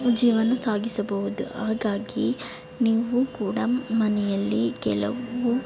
ಜೀವನ ಸಾಗಿಸಬಹುದು ಹಾಗಾಗಿ ನೀವು ಕೂಡ ಮನೆಯಲ್ಲಿ ಕೆಲವು